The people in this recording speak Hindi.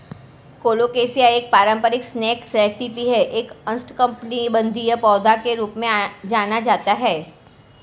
कोलोकेशिया एक पारंपरिक स्नैक रेसिपी है एक उष्णकटिबंधीय पौधा के रूप में जाना जाता है